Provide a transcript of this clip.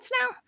now